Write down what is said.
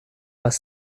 was